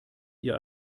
ihr